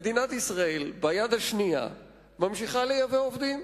מדינת ישראל, ביד השנייה, ממשיכה לייבא עובדים.